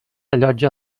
allotja